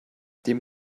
dem